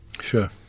Sure